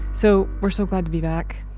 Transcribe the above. so we're so glad to be back.